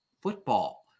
Football